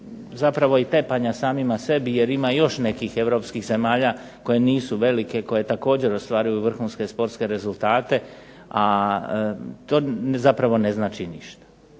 zapravo i tepanja samima sebi jer ima još nekih europskih zemalja koje nisu velike koje također ostvaruju vrhunske sportske rezultate, a to zapravo ne znači ništa.